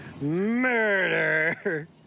MURDER